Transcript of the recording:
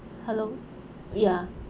hello ya